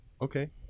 Okay